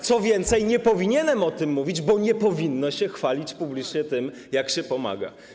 Co więcej, nie powinienem o tym mówić, bo nie powinno się chwalić publicznie tym, jak się pomaga.